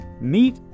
meet